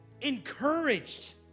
encouraged